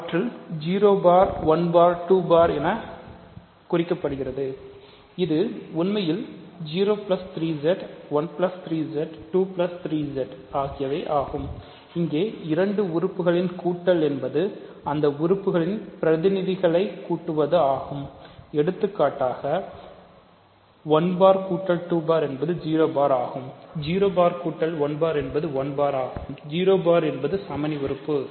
அவற்றில் 0 bar 1 bar 2 bar என குறிக்கப்படுகிறது இது உண்மையில் 0 3 z 1 3z 2 3z ஆகியவை ஆகும் இங்கே இரண்டு உறுப்புகளின் கூட்டல் என்பது அந்த உறுப்புகளின் பிரதிநிதிகளை கூட்டுவது ஆகும் எடுத்துக்காட்டாக 1 பார் கூட்டல் 2 பார் என்பது 0 பார் ஆகும் 0 பார் கூட்டல் 1 பார் என்பது 1 பார் ஆகும் 0 பார் என்பது சமணி உறுப்பு ஆகும்